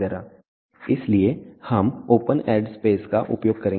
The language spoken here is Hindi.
इसलिए हम ओपन एड स्पेस का उपयोग करेंगे